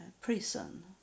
prison